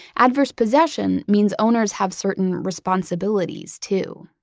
adverse possession means owners have certain responsibilities, too.